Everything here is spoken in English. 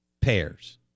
pairs